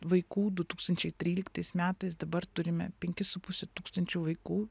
vaikų du tūkstančiai tryliktais metais dabar turime penkis su puse tūkstančio vaikų